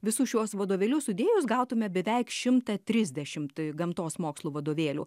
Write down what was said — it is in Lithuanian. visus šiuos vadovėlius sudėjus gautume beveik šimtą trisdešimt gamtos mokslų vadovėlių